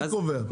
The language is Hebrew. מי קובע?